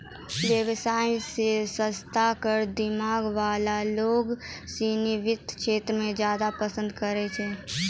व्यवसाय र स्तर क दिमाग वाला लोग सिनी वित्त क्षेत्र क ज्यादा पसंद करै छै